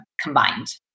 combined